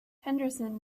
henderson